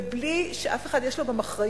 ובלי שאף אחד יש לו גם אחריות